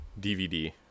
DVD